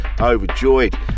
overjoyed